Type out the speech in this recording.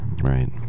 Right